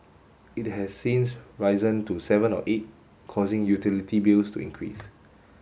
it has since risen to seven or eight causing utility bills to increase